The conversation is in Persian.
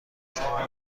شما